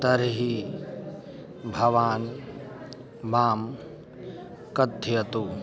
तर्हि भवान् मां कथयतु